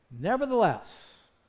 Nevertheless